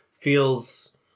feels